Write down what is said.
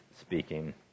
speaking